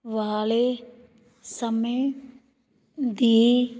ਵਾਲੇ ਸਮੇਂ ਦੀ